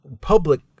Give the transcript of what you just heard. public